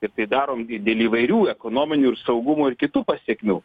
ir tai darom dėl įvairių ekonominių ir saugumo ir kitų pasekmių